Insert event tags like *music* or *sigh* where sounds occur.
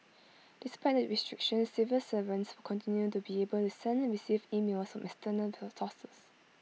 *noise* despite the restrictions civil servants will continue to be able to send and receive emails from external sources